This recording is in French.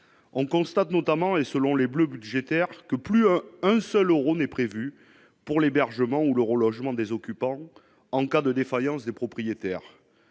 on constate notamment et selon les bleus budgétaires que plus un seul Euro n'est prévu pour l'hébergement ou le relogement des occupants en cas de défaillance des propriétaires,